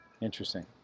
Interesting